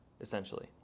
essentially